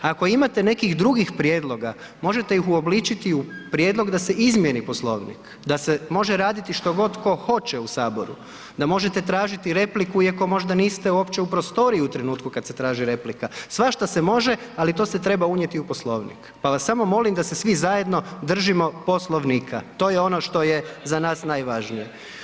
Ako imate nekih drugih prijedloga, možete ih uobličiti u prijedlog da se izmijeni Poslovnik, da se može raditi što god tko hoće u Saboru, da možete tražiti repliku iako možda niste uopće u prostoriju trenutku kad se traži replika, svašta se može ali to se treba unijeti u Poslovnik pa vas samo molim da se svi zajedno držimo Poslovnika, to je ono što je za nas najvažnije.